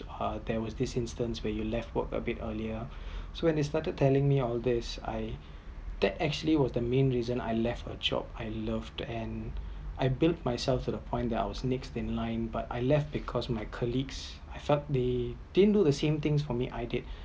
uh there was this instance where you left work a bit earlier so when they started telling me all these I that actually was the main reason I left a job I love and I build myself to the point that I was next in line but I left because of my colleagues I felt they didn’t do the same thing for me I did